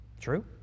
True